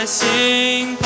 sing